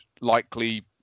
likely